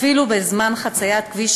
אפילו בזמן חציית כביש,